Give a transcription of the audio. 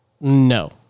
No